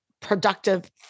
productive